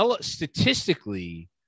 Statistically